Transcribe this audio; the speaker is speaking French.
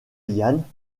yann